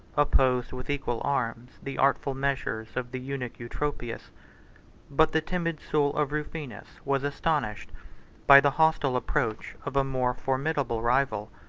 opposed, with equal arms, the artful measures of the eunuch eutropius but the timid soul of rufinus was astonished by the hostile approach of a more formidable rival,